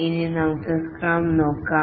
ഇനി നമുക്ക് സ്ക്രം നോക്കാം